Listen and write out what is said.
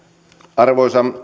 arvoisa